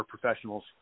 professionals